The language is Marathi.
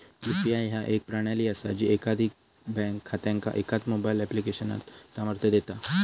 यू.पी.आय ह्या एक प्रणाली असा जी एकाधिक बँक खात्यांका एकाच मोबाईल ऍप्लिकेशनात सामर्थ्य देता